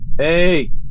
Hey